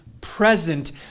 present